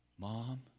Mom